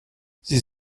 sie